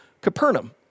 Capernaum